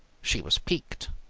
she was piqued.